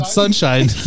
sunshine